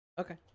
Okay